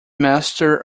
master